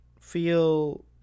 feel